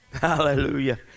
hallelujah